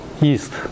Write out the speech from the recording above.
yeast